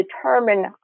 determine